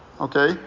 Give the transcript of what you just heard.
Okay